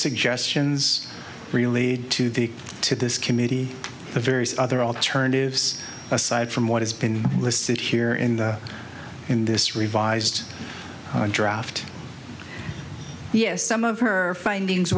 suggestions really to the to this committee the various other alternatives aside from what has been listed here and in this revised draft yes some of her findings